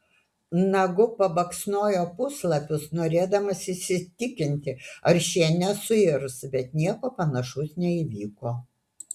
nagu pabaksnojo puslapius norėdamas įsitikinti ar šie nesuirs bet nieko panašaus neįvyko